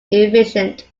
inefficient